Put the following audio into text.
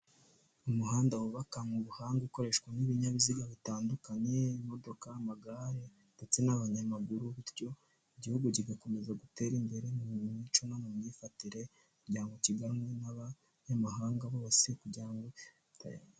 Umuhanda wubakanywe ubuhanga ukoreshwa n'ibinyabiziga bitandukanye imodoka amagare, ndetse n'abanyamaguru bityo, igihugu kigakomeza gutera imbere mu mico no mu myifatire, kugira kiganwe n'abanyamahanga bose kugira ngo.